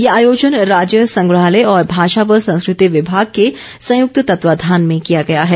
ये आयोजन राज्य संग्रहालय और भाषा व संस्कृति विभाग के संयुक्त तत्वावधान में किया गया है